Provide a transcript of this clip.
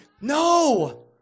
No